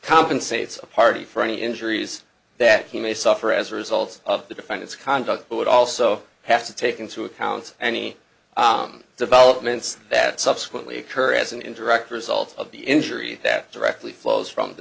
compensates a party for any injuries that he may suffer as a result of the defined its conduct but would also have to take into account any developments that subsequently occur as an indirect result of the injury that directly flows from the